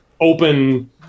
open